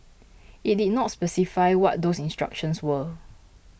it did not specify what those instructions were